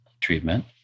treatment